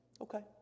Okay